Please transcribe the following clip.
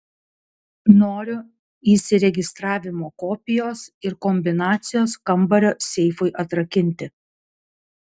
noriu įsiregistravimo kopijos ir kombinacijos kambario seifui atrakinti